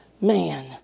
man